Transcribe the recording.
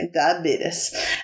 Diabetes